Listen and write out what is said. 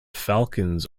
falcons